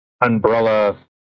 Umbrella